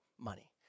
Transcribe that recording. money